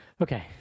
Okay